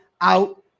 out